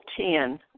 ten